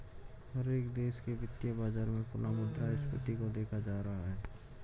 हर एक देश के वित्तीय बाजार में पुनः मुद्रा स्फीती को देखा जाता रहा है